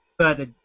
further